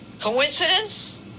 Coincidence